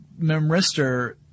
memristor